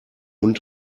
hund